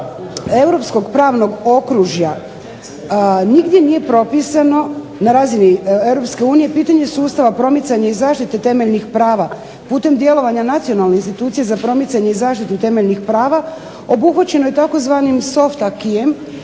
europskog pravnog okružja nigdje nije propisano na razini Europske unije pitanje sustava promicanje i zaštite temeljnih prava putem djelovanja nacionalne institucije za promicanje i zaštitu temeljnih prava obuhvaćeno je tzv. soft acquisem